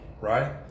right